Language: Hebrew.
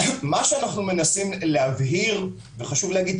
אני אומר מה אנחנו מנסים להבהיר וחשוב לומר את